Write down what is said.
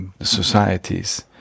societies